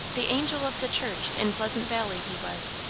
the angel of the church in pleasant valley he was,